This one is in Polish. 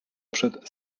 przed